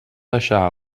deixar